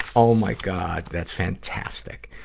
oh my god, that's fantastic!